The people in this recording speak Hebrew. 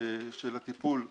של הטיפול בקשישים,